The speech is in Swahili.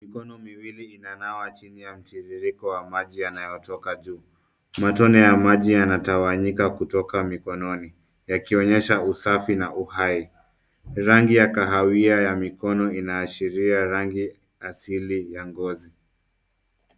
Mikono miwili inanawa chini ya mtiririko wa maji yanayotoka juu. Matone ya maji yanatawanyika kutoka mikononi, yakionyesha usafi na uhai. Rangi ya kahawia ya mikono, inaashiria rangi asili ya ngozi.